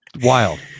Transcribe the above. Wild